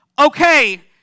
Okay